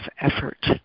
effort